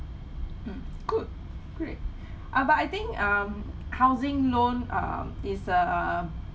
mm good great ah but I think um housing loan um is err